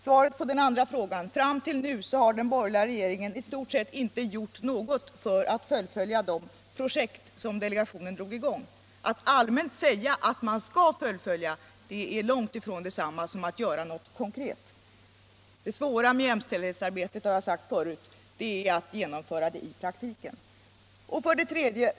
Svaret på den andra frågan: Fram till nu har den borgerliga regeringen i stort sett inte gjort något för att fullfölja de projekt som delegationen drog i gång. Att allmänt säga att man skall fullfölja arbetet är långt ifrån detsamma som att göra något konkret. Det svåra med jämställdhetsarbetet — och det har jag sagt förut — är att genomföra det i praktiken.